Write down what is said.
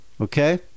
Okay